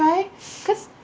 try cause